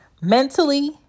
mentally